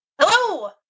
Hello